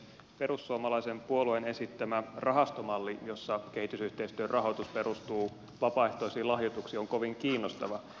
perussuomalaisen puolueen esittämä rahastomalli jossa kehitysyhteistyön rahoitus perustuu vapaaehtoisiin lahjoituksiin on kovin kiinnostava